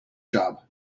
job